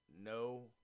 no –